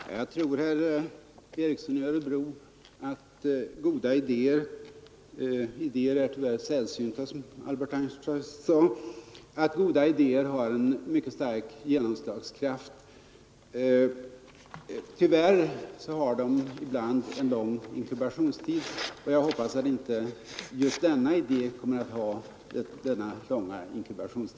Herr talman! Jag tror, herr Ericson i Örebro, att goda idéer — idéer är tyvärr sällsynta, som Albert Einstein sade — har en mycket stark genomslagskraft. Tyvärr har de ibland en lång inkubationstid, men jag hoppas att inte just denna idé kommer att ha det.